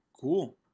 Cool